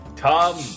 Tom